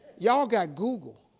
y'all got google.